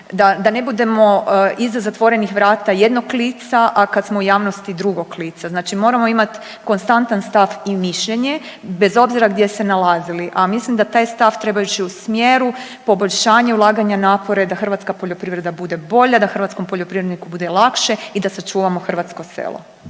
da ne budemo iza zatvorenih vrata jednog lica, a kad smo u javnosti drugog lica. Znači moramo imati konstantan stav i mišljenje bez obzira gdje se nalazili, a mislim da taj stav treba ići u smjeru poboljšanja ulaganja napora i da hrvatska poljoprivreda bude bolja, da hrvatskom poljoprivredniku bude lakše i da sačuvamo hrvatsko selo.